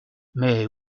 mais